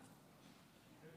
תיק